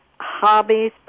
Hobbies